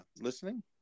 listening